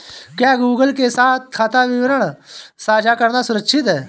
क्या गूगल के साथ खाता विवरण साझा करना सुरक्षित है?